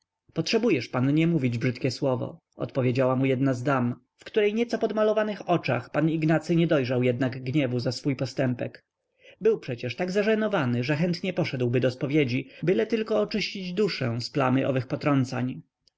potrzebujesz pan nie mówić brzydkie słowo odpowiedziała mu jedna z dam w której nieco podmalowanych oczach pan ignacy nie dojrzał jednak gniewu za swój postępek był przecież tak zażenowany że chętnie poszedłby do spowiedzi byle tylko oczyścić duszę z plamy owych